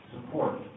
support